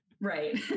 Right